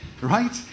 Right